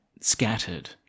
scattered